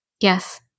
Yes